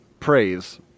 praise